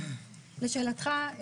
לשאלתך,